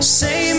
say